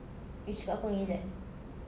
you cakap apa dengan izzat